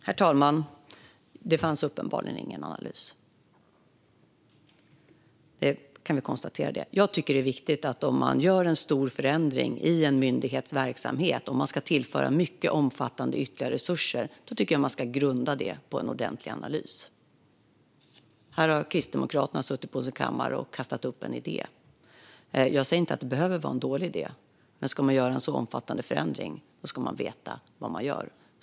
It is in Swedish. Herr talman! Det fanns uppenbarligen ingen analys. Det kan vi konstatera. Om man gör en stor förändring i en myndighets verksamhet och ska tillföra mycket omfattande ytterligare resurser tycker jag att man ska grunda det på en ordentlig analys. Här har Kristdemokraterna suttit på sin kammare och kastat fram en idé. Jag säger inte att det är en dålig idé, men ska man göra en så omfattande förändring ska man veta vad man gör.